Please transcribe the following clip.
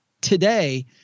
Today